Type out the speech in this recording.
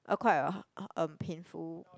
uh quite a um painful